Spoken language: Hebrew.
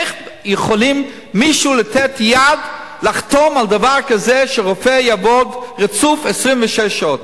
איך יכול מישהו לתת יד לחתום על דבר כזה שרופא יעבוד רצוף 26 שעות?